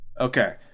Okay